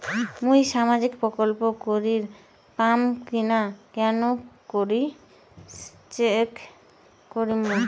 মুই সামাজিক প্রকল্প করির পাম কিনা কেমন করি চেক করিম?